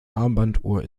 armbanduhr